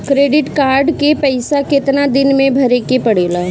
Credit card के पइसा कितना दिन में भरे के पड़ेला?